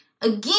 Again